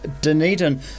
Dunedin